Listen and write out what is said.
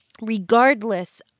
regardless